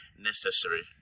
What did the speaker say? necessary